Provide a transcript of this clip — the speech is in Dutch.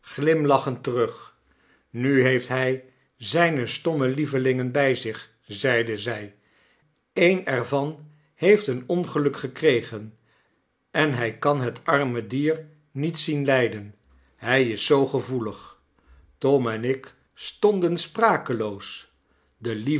glimlachend terug nu heeft hy zpe stomme lievelingen bij zich zeide zy een er van heeft een ongeluk gekregen en hg kan het arme dier niet zien lpen hy is zoo gevoelig tom en ik stonden sprakeloos de